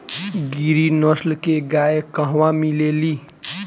गिरी नस्ल के गाय कहवा मिले लि?